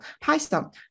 Python